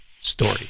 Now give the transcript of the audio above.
story